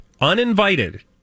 uninvited